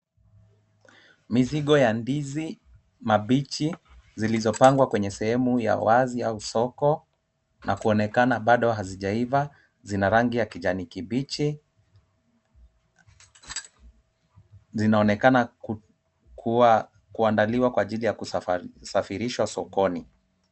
Mizigo ya ndizi mabichi zilizopangwa kwenye sehemu ya wazi au soko, na kuonekana bado hazijaiva, zina rangi ya kijani kibichi, zinaonekana kuwa kuandaliwa kwa ajili ya kusafirishwa sokoni.